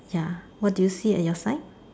ya what do you see at your side